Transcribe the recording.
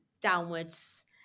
downwards